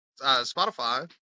Spotify